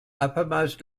uppermost